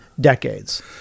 decades